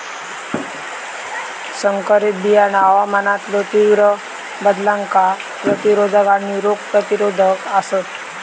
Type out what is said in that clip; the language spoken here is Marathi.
संकरित बियाणा हवामानातलो तीव्र बदलांका प्रतिरोधक आणि रोग प्रतिरोधक आसात